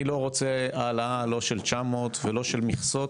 אני לא רוצה העלאה, לא של 900 ולא של מכסות,